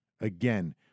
again